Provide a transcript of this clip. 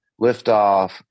Liftoff